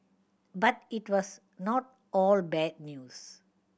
but it was not all bad news